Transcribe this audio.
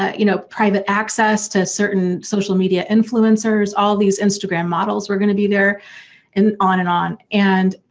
ah you know private access to certain social media influencers, all these instagram models were gonna be there and on and on and.